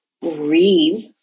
breathe